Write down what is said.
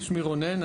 שמי רונן,